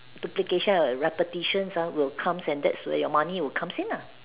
duplication repetitions uh will comes and that's where your money will comes in nah